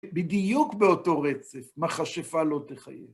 בדיוק באותו רצף, מכשפה לא תחייה.